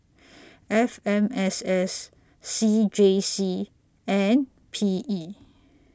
F M S S C J C and P E